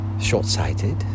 short-sighted